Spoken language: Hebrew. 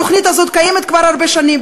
התוכנית הזאת קיימת כבר הרבה שנים,